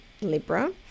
Libra